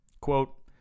Quote